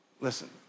listen